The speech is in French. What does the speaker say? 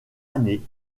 année